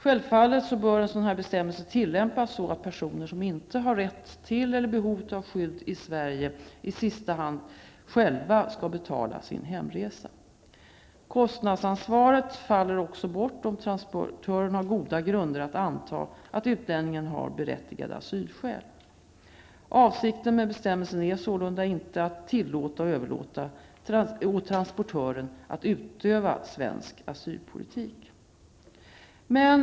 Självfallet bör en sådan bestämmelse tillämpas så, att personer som inte har rätt till eller behov av skydd i Sverige, i sista hand själva skall betala sin hemresa. Kostnadsansvaret faller också bort om transportören har goda grunder att anta att utlänningen har berättigade asylskäl. Avsikten med bestämmelsen är sålunda inte att tillåta och överlåta åt transportören att utöva svensk asylpolitik.